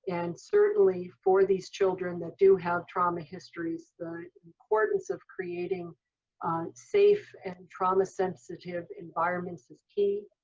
and certainly for these children that do have trauma histories, the importance of creating safe and trauma-sensitive environments is key.